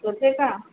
सोफे का